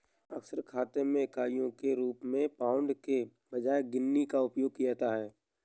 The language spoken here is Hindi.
अक्सर खाते की इकाइयों के रूप में पाउंड के बजाय गिनी का उपयोग किया जाता है